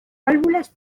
válvulas